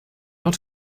not